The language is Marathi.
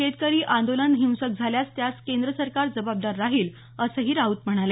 शेतकरी आंदोलन हिंसक झाल्यास त्यास केंद्र सरकार जबाबदार राहील असेही राऊत म्हणाले